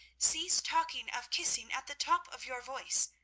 cease talking of kissing at the top of your voice,